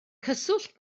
cyswllt